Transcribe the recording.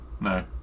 No